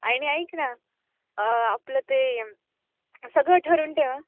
आणि ऐक ना आपलं ते सगळं ठरवून ठेव